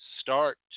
start